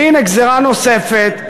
והנה גזירה נוספת,